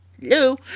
No